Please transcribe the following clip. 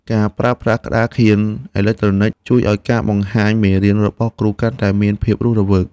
ការប្រើប្រាស់ក្តារខៀនអេឡិចត្រូនិកជួយឱ្យការបង្ហាញមេរៀនរបស់គ្រូកាន់តែមានភាពរស់រវើក។